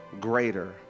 greater